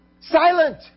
Silent